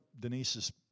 Denise's